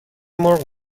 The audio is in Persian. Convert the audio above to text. مرغ